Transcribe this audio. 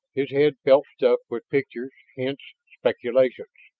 his head felt stuffed with pictures, hints, speculations.